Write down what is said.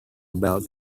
about